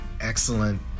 excellent